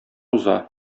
уза